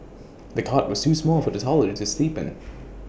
the cot was too small for the toddler to sleep in